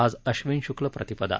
आज अश्विन श्क्ल प्रतिपदा